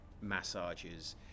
massages